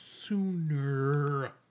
sooner